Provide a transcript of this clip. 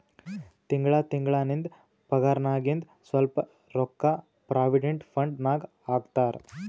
ತಿಂಗಳಾ ತಿಂಗಳಾ ನಿಂದ್ ಪಗಾರ್ನಾಗಿಂದ್ ಸ್ವಲ್ಪ ರೊಕ್ಕಾ ಪ್ರೊವಿಡೆಂಟ್ ಫಂಡ್ ನಾಗ್ ಹಾಕ್ತಾರ್